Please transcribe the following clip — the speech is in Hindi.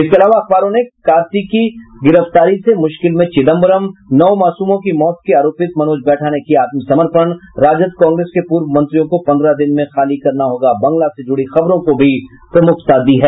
इसके अलावा अखबारों ने कार्ति की गिरफ्तारी से मुश्किल में चिदम्बरम नौ मासूमों की मौत के आरोपित मनोज बैठा ने किया आत्मसमर्पण राजद कांग्रेस के पूर्व मंत्रियों को पन्द्रह दिन में खाली करना होगा बंगला से जुड़ी खबरों को भी प्रमुखता दी है